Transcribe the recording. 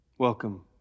Welcome